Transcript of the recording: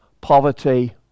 poverty